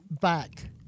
back